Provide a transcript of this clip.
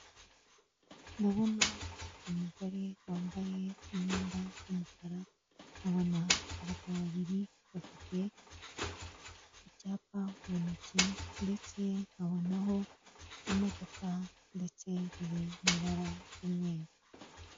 Ndabona umugore wambaye umwenda w'umukara, nkabona abagabo babiri bafite icyapa mu ntoki, ndetse nkabonaho imodoka, ndetse iri mu ibara ry'umweru.